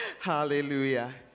Hallelujah